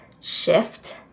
shift